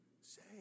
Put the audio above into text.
say